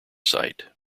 site